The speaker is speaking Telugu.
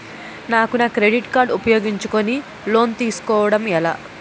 నాకు నా క్రెడిట్ కార్డ్ ఉపయోగించుకుని లోన్ తిస్కోడం ఎలా?